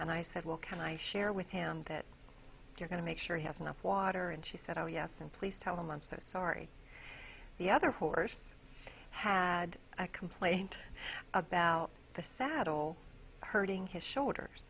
and i said well can i share with him that you're going to make sure he has enough water and she said oh yes and please tell the months that sorry the other horse had a complaint about the saddle hurting his shoulders